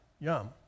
Yum